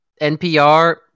NPR